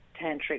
tantric